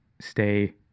stay